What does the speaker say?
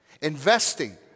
Investing